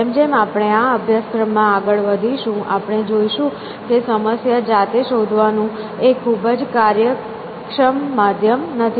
જેમ જેમ આપણે આ અભ્યાસક્રમ માં આગળ વધીશું આપણે જોઇશું કે સમસ્યા જાતે શોધવાનું એ ખૂબ જ કાર્યક્ષમ માધ્યમ નથી